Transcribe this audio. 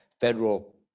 federal